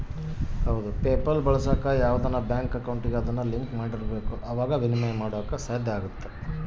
PayPal ಬಳಸಾಕ ಯಾವ್ದನ bank ಅಕೌಂಟಿಗೆ ಅದುನ್ನ ಲಿಂಕ್ ಮಾಡಿರ್ಬಕು ಅವಾಗೆ ಃನ ವಿನಿಮಯ ಮಾಡಾಕ ಸಾದ್ಯ